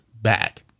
back